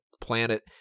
planet